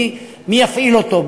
מי יפעיל אותו,